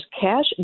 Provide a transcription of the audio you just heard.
cash